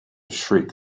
shriek